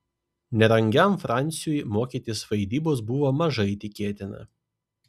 nerangiam fransiui mokytis vaidybos buvo mažai tikėtina